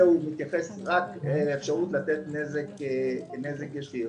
הוא מתייחס רק לאפשרות לתת פיצוי כנגד נזק ישיר.